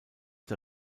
der